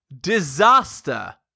disaster